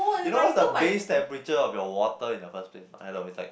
you know what's the base temperature of your water in the first place hello it's like